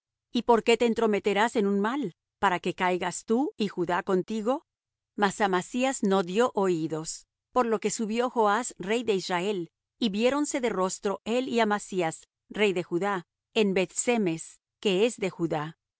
y por qué te entrometerás en un mal para que caigas tú y judá contigo mas amasías no dió oídos por lo que subió joas rey de israel y viéronse de rostro él y amasías rey de judá en beth-semes que es de judá